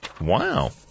Wow